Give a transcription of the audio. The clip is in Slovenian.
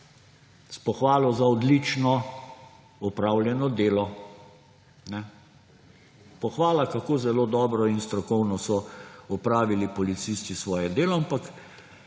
s pohvalo za odlično opravljeno delo. Pohvala, kako zelo dobro in strokovno so opravili policisti svoje delo, ampak